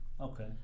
okay